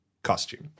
Costume